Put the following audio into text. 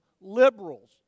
liberals